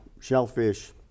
shellfish